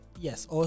Yes